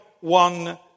one